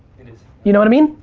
it is. you know what i mean?